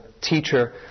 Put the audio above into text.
teacher